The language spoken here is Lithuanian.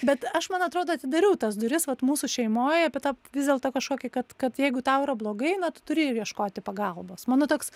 bet aš man atrodo atidariau tas duris vat mūsų šeimoj apie tą vis dėlto kažkokį kad kad jeigu tau yra blogai na tu turi ieškoti pagalbos mano toks